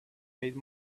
made